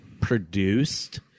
produced